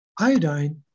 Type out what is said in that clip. iodine